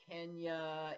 Kenya